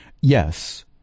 Yes